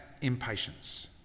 impatience